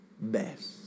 best